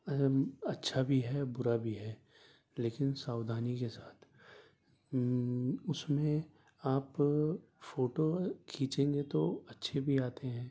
اہم اچھا بھی ہے برا بھی ہے لیکن ساؤدھانی کے ساتھ اس میں آپ فوٹو کھینچیں گے تو اچھے بھی آتے ہیں